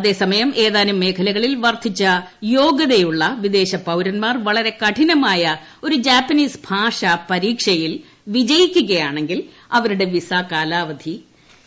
അതേസമയം ഏതാനും മേഖലകളിൽ വർദ്ധിച്ചു യോഗ്യതയുള്ള വിദേശ പൌരൻമാർ വളരെ കഠിനമായിട്ട് ഒരു ജാപ്പനീസ് ഭാഷാ പരീക്ഷയിൽ വിജയിക്കൂക്കിയാണ്ണെങ്കിൽ അവരുടെ വിസാ കാലാവധി